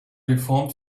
deformed